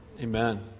Amen